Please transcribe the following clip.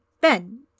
Ben